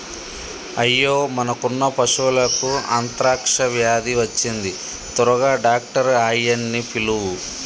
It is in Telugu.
అయ్యో మనకున్న పశువులకు అంత్రాక్ష వ్యాధి వచ్చింది త్వరగా డాక్టర్ ఆయ్యన్నీ పిలువు